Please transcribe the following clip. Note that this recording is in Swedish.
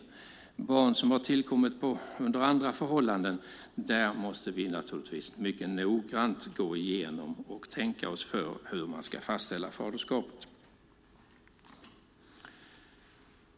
För barn som har tillkommit under andra förhållanden måste vi mycket noggrant gå igenom detta och tänka oss för när det gäller hur man ska fastställa faderskapet.